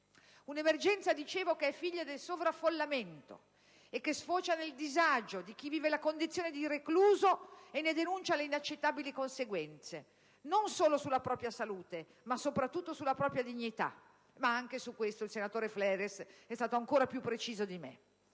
Un'emergenza - dicevo - che è figlia del sovraffollamento e che sfocia nel disagio di chi vive la condizione di recluso e ne denuncia le inaccettabili conseguenze, non solo sulla propria salute ma soprattutto sulla propria dignità: ma anche su questo il senatore Fleres è stato ancora più preciso di me.